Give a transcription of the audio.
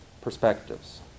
perspectives